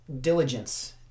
diligence